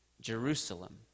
Jerusalem